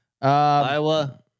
Iowa